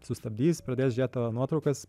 sustabdys pradės žėt tavo nuotraukas